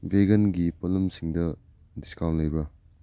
ꯕꯦꯒꯥꯟꯒꯤ ꯄꯣꯠꯂꯝꯁꯤꯡꯗ ꯗꯤꯁꯀꯥꯎꯟ ꯂꯩꯕ꯭ꯔ